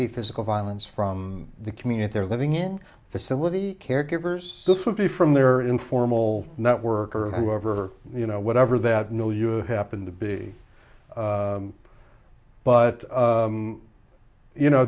be physical violence from the community they're living in facility caregivers this would be from their informal network or whoever you know whatever that no you happen to be but you know